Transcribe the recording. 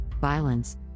violence